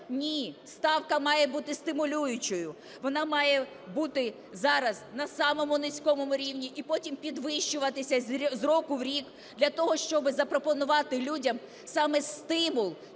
Ні, ставка має бути стимулюючою. Вона має бути зараз на самому низькому рівні і потім підвищуватися з року в рік для того, щоби запропонувати людям саме стимул